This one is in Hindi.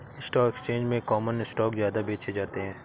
स्टॉक एक्सचेंज में कॉमन स्टॉक ज्यादा बेचे जाते है